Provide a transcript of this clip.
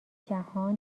جهان